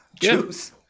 Choose